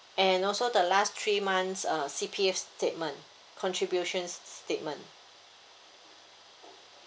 and also the last three months uh C_P_F statement contributions statement